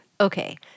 okay